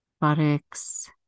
buttocks